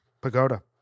Pagoda